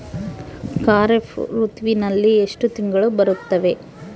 ಖಾರೇಫ್ ಋತುವಿನಲ್ಲಿ ಎಷ್ಟು ತಿಂಗಳು ಬರುತ್ತವೆ?